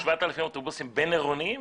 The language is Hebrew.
7,000 אוטובוסים בין-עירוניים?